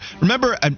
Remember